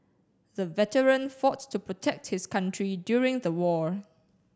the veteran fought to protect his country during the war